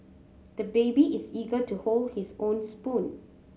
the baby is eager to hold his own spoon